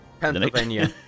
Pennsylvania